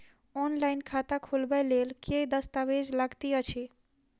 Online खाता खोलबय लेल केँ दस्तावेज लागति अछि?